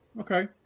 Okay